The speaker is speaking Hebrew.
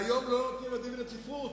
והיום לא נותנים לה דין רציפות.